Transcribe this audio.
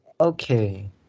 okay